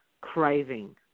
craving